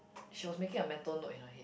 she was making a mental note in her head